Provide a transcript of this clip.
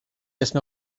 اسم